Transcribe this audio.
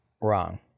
wrong